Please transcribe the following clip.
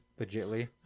legitly